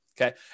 Okay